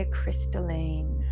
crystalline